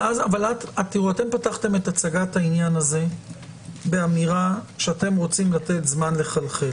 אתם פתחתם את הצגת העניין הזה באמירה שאתם רוצים לתת זמן לחלחל.